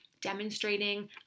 demonstrating